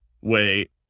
wait